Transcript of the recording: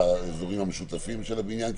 לאזורים המשותפים של הבניין,